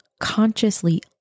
consciously